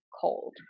cold